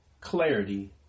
clarity